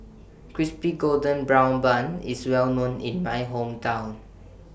Crispy Golden Brown Bun IS Well known in My Hometown